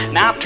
Now